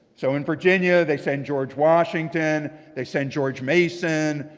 so in virginia they send george washington, they send george mason,